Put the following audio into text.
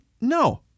no